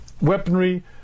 weaponry